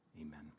Amen